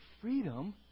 freedom